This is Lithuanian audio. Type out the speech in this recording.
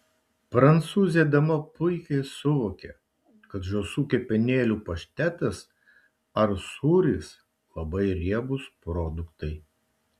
prancūzė dama puikiai suvokia kad žąsų kepenėlių paštetas ar sūris labai riebūs produktai